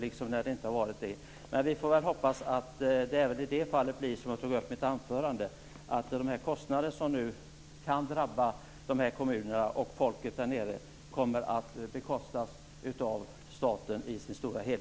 Vi får hoppas att det även i det fallet blir så som jag framhöll i mitt anförande, att de kostnader som kan drabba kommunerna och befolkningen där nere i det stora hela kommer att bäras av staten.